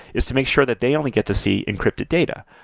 is to make sure that they only get to see encrypted data.